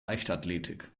leichtathletik